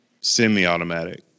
semi-automatic